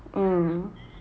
mm